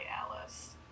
Alice